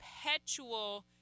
perpetual